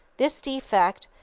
this defect,